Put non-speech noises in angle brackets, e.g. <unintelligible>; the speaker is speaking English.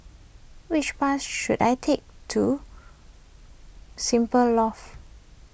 which bus should I take to Simply <unintelligible>